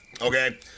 okay